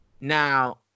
Now